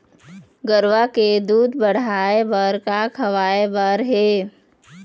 गरवा के दूध बढ़ाये बर का खवाए बर हे?